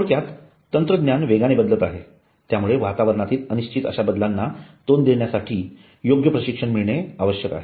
थोडक्यात तंत्रज्ञान वेगाने बदलत आहे त्यामुळे वातावरणातील अनिश्चित अश्या बदलांना तोंड देण्यासाठी योग्य प्रशिक्षण मिळणे आवश्यक आहे